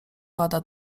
pada